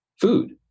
food